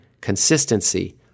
consistency